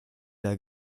der